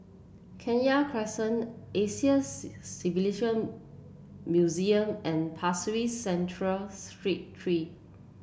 Kenya Crescent Asian Civilisation Museum and Pasir Ris Central Street Three